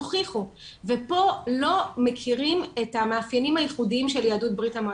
תוכיחו ופה לא מכירים את המאפיינים הייחודים של יהדות בריה"מ,